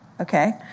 Okay